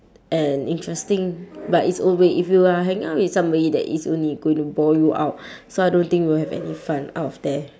and interesting by it's own way if you are hanging out with somebody that is only going to bore you out so I don't think will have any fun out of there